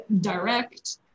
direct